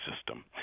system